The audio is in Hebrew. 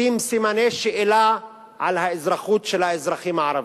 לשים סימני שאלה על האזרחות של האזרחים הערבים.